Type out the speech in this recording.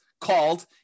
called